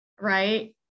Right